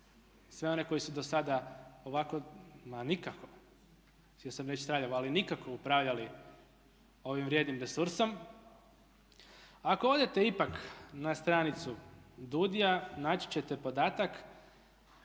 sve one koji su do sada ovako ma nikako, htio sam reći traljavo, ali nikako upravljali ovim vrijednim resursom. Ako odete ipak na stranicu DUDI-a naći ćete podatak